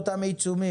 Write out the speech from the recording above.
עיצומים.